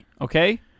Okay